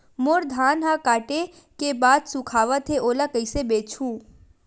मोर धान ह काटे के बाद सुखावत हे ओला कइसे बेचहु?